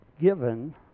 given